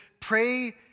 pray